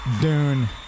Dune